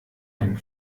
ein